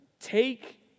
take